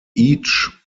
each